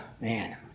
man